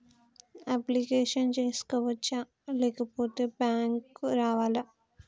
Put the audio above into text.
Application చేసుకోవచ్చా లేకపోతే bank రావాలా?